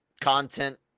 content